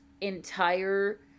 entire